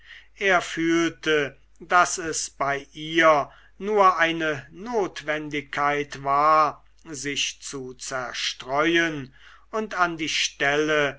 er fühlte daß es bei ihr nur eine notwendigkeit war sich zu zerstreuen und an die stelle